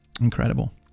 Incredible